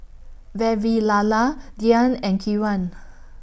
Vavilala Dhyan and Kiran